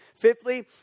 Fifthly